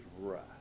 right